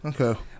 Okay